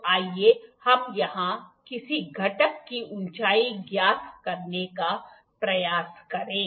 तो आइए हम यहां किसी घटक की ऊंचाई ज्ञात करने का प्रयास करें